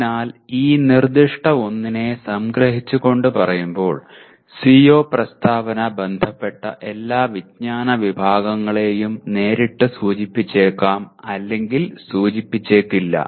അതിനാൽ ഈ നിർദ്ദിഷ്ട ഒന്നിനെ സംഗ്രഹിച്ചുകൊണ്ട് പറയുമ്പോൾ CO പ്രസ്താവന ബന്ധപ്പെട്ട എല്ലാ വിജ്ഞാന വിഭാഗങ്ങളെയും നേരിട്ട് സൂചിപ്പിച്ചേക്കാം അല്ലെങ്കിൽ സൂചിപ്പിച്ചേക്കില്ല